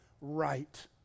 right